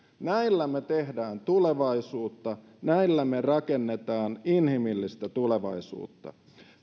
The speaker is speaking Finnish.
näillä me teemme tulevaisuutta näillä me rakennamme inhimillistä tulevaisuutta